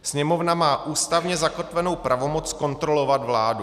Sněmovna má ústavně zakotvenou pravomoc kontrolovat vládu.